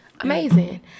Amazing